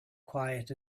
quiet